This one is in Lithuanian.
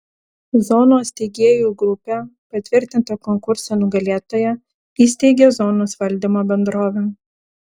zonos steigėjų grupė patvirtinta konkurso nugalėtoja įsteigia zonos valdymo bendrovę